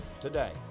today